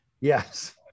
yes